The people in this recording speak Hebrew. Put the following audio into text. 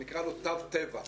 שנקרא לו תו טבע.